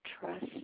trust